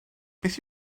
beth